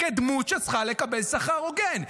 דמות שצריכה לקבל שכר הוגן,